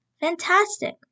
Fantastic